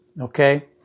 Okay